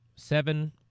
seven